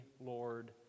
Lord